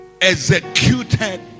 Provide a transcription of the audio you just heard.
executed